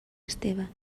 esteve